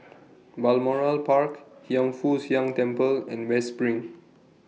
Balmoral Park Hiang Foo Siang Temple and West SPRING